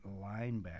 linebacker